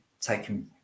taking